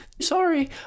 sorry